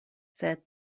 sed